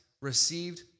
received